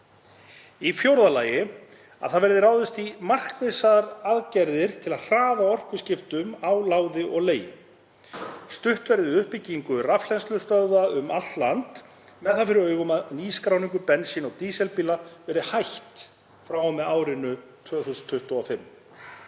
Í fjórða lagi að ráðist verði í markvissar aðgerðir til að hraða orkuskiptum á láði og legi. Stutt verði við uppbyggingu rafhleðslustöðva um allt land með það fyrir augum að nýskráningu bensín- og dísilbíla verði hætt frá og með árinu 2025.